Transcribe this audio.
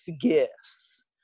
gifts